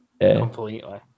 completely